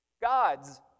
gods